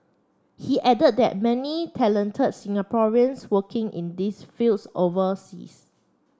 he added that there many talented Singaporeans working in these fields overseas